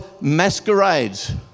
masquerades